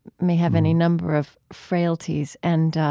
may have any number of frailties. and